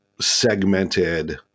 segmented